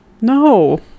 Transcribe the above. no